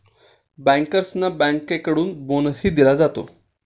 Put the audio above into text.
बँकर्सना बँकेकडून बोनसही दिला जातो